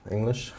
English